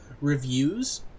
reviews